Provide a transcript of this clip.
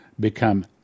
become